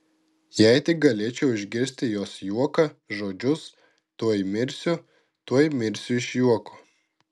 jei tik galėčiau išgirsti jos juoką žodžius tuoj mirsiu tuoj mirsiu iš juoko